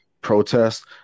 protest